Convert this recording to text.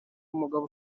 umugabo